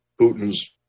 Putin's